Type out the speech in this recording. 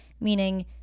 meaning